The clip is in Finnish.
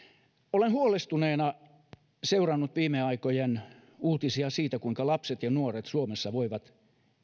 olen huolestuneena seurannut viime aikojen uutisia siitä kuinka lapset ja nuoret suomessa voivat